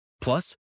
Plus